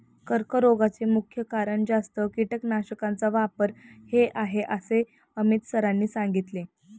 कर्करोगाचे मुख्य कारण जास्त कीटकनाशकांचा वापर हे आहे असे अमित सरांनी सांगितले